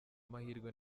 mahirwe